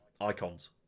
icons